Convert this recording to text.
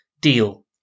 deal